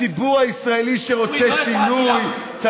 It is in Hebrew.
הציבור הישראלי שרוצה שינוי, לא הפרעתי לך.